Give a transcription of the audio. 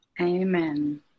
Amen